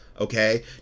okay